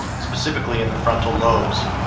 specifically in the frontal lobes.